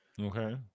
Okay